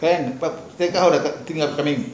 can but take out the thing happening